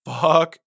fuck